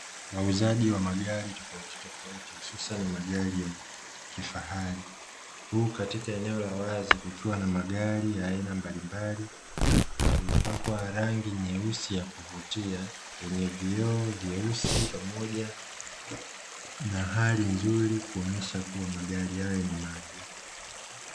Muuzaji wa magari tofauti tofauti hususa ni magari ya kifahari, huku katika eneo la wazi kukiwa na magari ya aina mbalimbali, yaliyopakwa rangi nyeusi ya kuvutia yenye viioo vyeusi pamoja na hari nzuri kuonyesha kuwa magari hayo ni mapya.